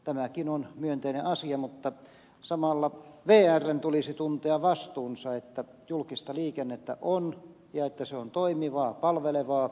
tämäkin on myönteinen asia mutta samalla vrn tulisi tuntea vastuunsa että julkista liikennettä on ja että se on toimivaa palvelevaa